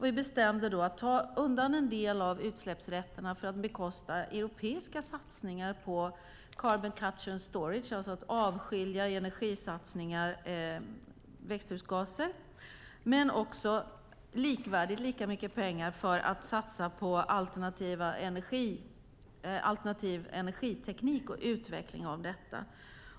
Vi bestämde då att ta undan en del av utsläppsrätterna för att bekosta europeiska satsningar på carbon capture and storage, det vill säga att avskilja växthusgaser. Men det var också lika mycket pengar för att satsa på alternativ energiteknik och utveckling av detta.